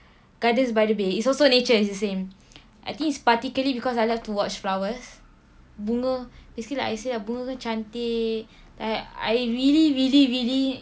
gardens by the bay it's also nature it's the same I think it's particularly because I like to watch flowers bunga basically like I said lah bunga cantik like I really really really